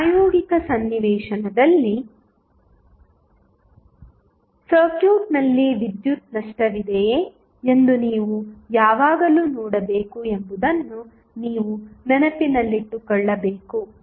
ಆದ್ದರಿಂದ ಪ್ರಾಯೋಗಿಕ ಸನ್ನಿವೇಶದಲ್ಲಿ ಸರ್ಕ್ಯೂಟ್ನಲ್ಲಿ ವಿದ್ಯುತ್ ನಷ್ಟವಿದೆಯೇ ಎಂದು ನೀವು ಯಾವಾಗಲೂ ನೋಡಬೇಕು ಎಂಬುದನ್ನು ನೀವು ನೆನಪಿನಲ್ಲಿಟ್ಟುಕೊಳ್ಳಬೇಕು